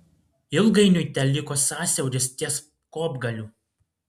ilgainiui teliko sąsiauris ties kopgaliu